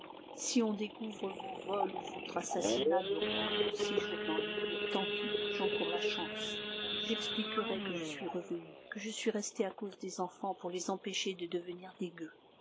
si on découvre vos vols ou votre assassinat durant mon séjour dans l'île tant pis j'en cours la chance j'expliquerai que je suis revenu que je suis resté à cause des enfants pour les empêcher de devenir